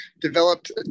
developed